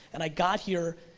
and i got here,